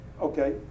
Okay